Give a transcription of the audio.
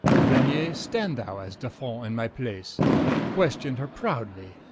reignier stand thou as dolphin in my place question her prowdly,